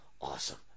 Awesome